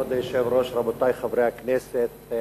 כבוד היושב-ראש, רבותי חברי הכנסת,